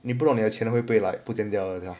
你不懂你的钱会不会 like 不见掉的等一下